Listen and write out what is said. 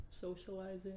socializing